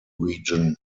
region